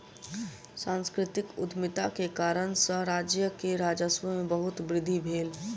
सांस्कृतिक उद्यमिता के कारणेँ सॅ राज्य के राजस्व में बहुत वृद्धि भेल